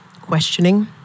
questioning